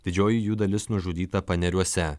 didžioji jų dalis nužudyta paneriuose